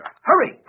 Hurry